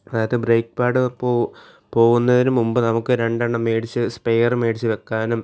അത് brake pad പോവുന്നതിന് മുമ്പ് നമുക്ക് രണ്ടെണ്ണം മേടിച്ച് സ്പെയർ മേടിച്ച് വയ്ക്കാനും